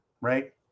right